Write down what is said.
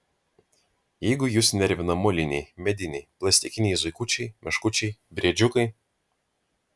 jeigu jus nervina moliniai mediniai plastikiniai zuikučiai meškučiai briedžiukai